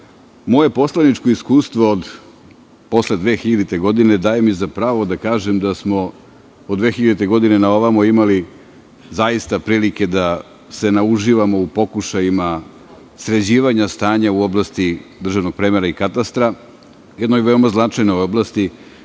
moje poslaničko iskustvo posle 2000. godine daje mi za pravo da kažem da smo od 2000. godine na ovamo imali zaista prilike da se nauživamo u pokušajima sređivanja stanja u oblasti državnog premera i katastra, jednoj veoma značajnoj oblasti